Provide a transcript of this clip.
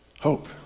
Hope